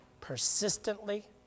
persistently